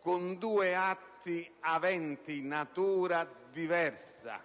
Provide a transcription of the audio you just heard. con due atti aventi natura diversa: